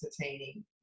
entertaining